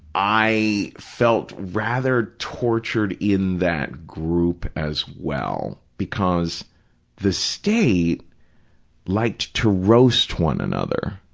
i felt rather tortured in that group as well, because the state liked to roast one another